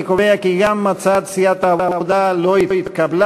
אני קובע כי גם הצעת סיעת העבודה לא התקבלה.